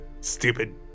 stupid